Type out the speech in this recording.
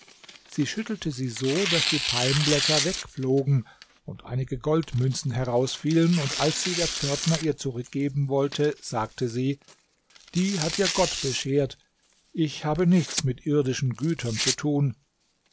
sie schüttelte sie so daß die palmblätter wegflogen und einige goldmünzen herausfielen und als sie der pförtner ihr zurückgeben wollte sagte sie die hat dir gott beschert ich habe nichts mit irdischen gütern zu tun